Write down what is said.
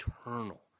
eternal